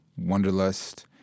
Wonderlust